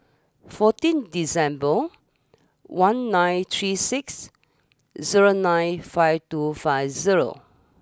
fourteen December one nine three six zero nine five two five zero